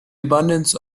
abundance